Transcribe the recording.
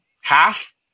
half